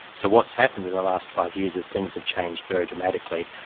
so what's happened in the last five years is things have changed very dramatically.